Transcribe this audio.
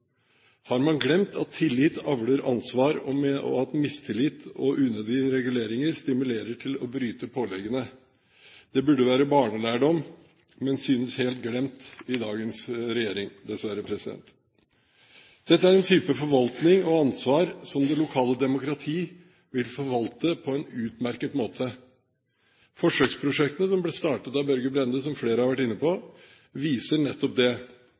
Har man glemt at tillit avler ansvar, og at mistillit og unødige reguleringer stimulerer til å bryte påleggene? Det burde være barnelærdom, men synes helt glemt i dagens regjering – dessverre. Dette er en type forvaltning og ansvar som det lokale demokrati vil forvalte på en utmerket måte. Forsøksprosjektet som ble startet av Børge Brende, som flere har vært inne på, viser nettopp det.